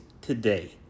today